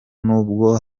nubwo